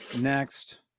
next